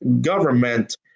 government